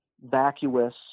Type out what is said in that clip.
vacuous